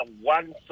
one